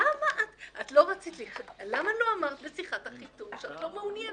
למה לא אמרת בשיחת החיתום שאת לא מעוניינת?